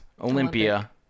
Olympia